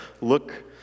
look